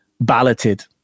balloted